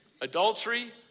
adultery